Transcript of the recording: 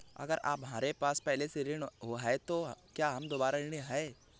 अगर हमारे पास पहले से ऋण है तो क्या हम दोबारा ऋण हैं?